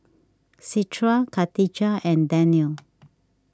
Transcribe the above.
Citra Khatijah and Danial